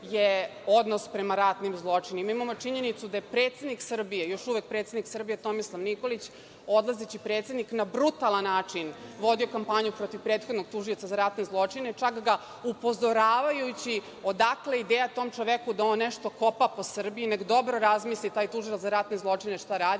je odnos prema ratnim zločinima. Mi imamo činjenicu da je predsednik Srbije, još uvek predsednik Srbije Tomislav Nikolić, odlazeći predsednik, na brutalan način vodio kampanju protiv prethodnog tužioca za ratne zločine, čak ga upozoravajući odakle ideja tom čoveku da on nešto kopa po Srbiji, nek dobro razmisli taj tužilac za ratne zločine šta radi. To